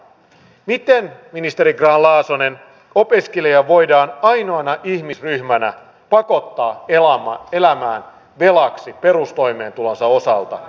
miten ministeri grahn laasonen opiskelijat voidaan ainoana ihmisryhmänä pakottaa elämään velaksi perustoimeentulonsa osalta